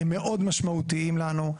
הם מאוד משמעותיים לנו.